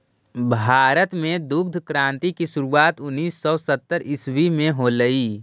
भारत में दुग्ध क्रान्ति की शुरुआत उनीस सौ सत्तर ईसवी में होलई